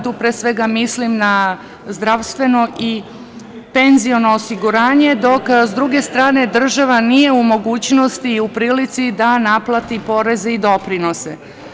Tu pre svega mislim na zdravstveno i penziono osiguranje, dok sa druge strane država nije u mogućnosti i u prilici da naplati poreze i doprinose.